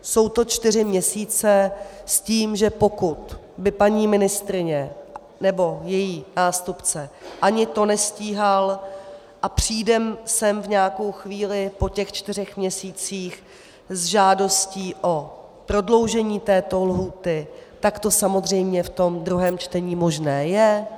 Jsou to čtyři měsíce, s tím, že pokud by paní ministryně nebo její nástupce ani to nestíhal, a přijde sem v nějakou chvíli po těch čtyřech měsících s žádostí o prodloužení této lhůty, tak to samozřejmě v tom druhém čtení možné je.